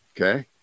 Okay